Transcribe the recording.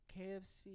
KFC